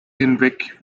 hinweg